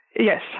Yes